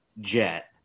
jet